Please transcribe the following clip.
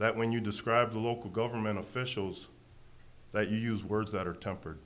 that when you describe the local government officials that you use words that are tempered